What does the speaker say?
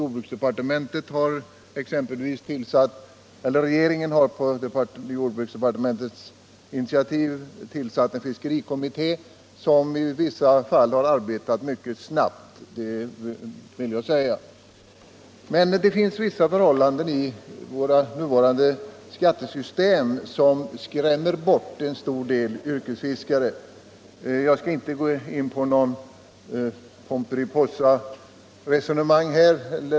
Regeringen har t.ex. på jordbruksdepartementets initiativ tillsatt en fiskerikommitté, som i vissa fall har arbetat mycket snabbt. Men det finns vissa förhållanden i vårt nuvarande skattesystem som skrämmer bort en stor del av yrkesfiskarna. Jag skall inte gå in på något Pomperipossaresonemang här.